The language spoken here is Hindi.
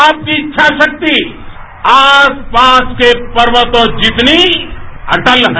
आपकी इच्छा शक्ति आस पास के पर्वतों जितनी अटल है